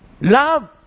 Love